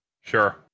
Sure